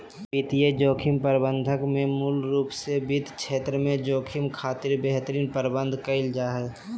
वित्तीय जोखिम प्रबंधन में मुख्य रूप से वित्त क्षेत्र में जोखिम खातिर बेहतर प्रबंध करल जा हय